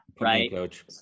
right